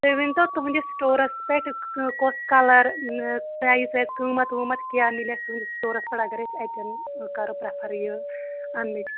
تُہۍ ؤنۍ تو تُہنِدِس سِٹورَس پٮ۪ٹھ کُس کَلَرسایِز یا کۭمَتھ وۭمَتھ کیاہ میلہِ اَسہِ تُہٕندِس سَٹورَس پٮ۪ٹھ اگر أسۍ اَتٮ۪ن کَرو پرٮ۪فَر یہِ اَننٕچ